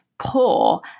poor